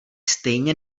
stejně